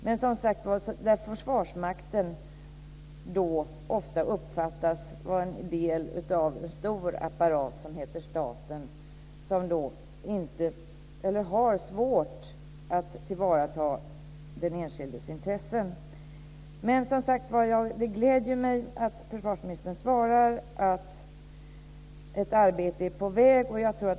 Men, som sagt, här uppfattas Försvarsmakten ofta som en del av en stor apparat som heter staten och som har svårt att tillvarata den enskildes intressen. Det gläder mig att försvarsministern svarar att ett arbete är på väg.